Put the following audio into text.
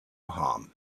harm